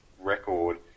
record